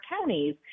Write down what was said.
counties